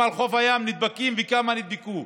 האם על חוף הים נדבקים וכמה נדבקו.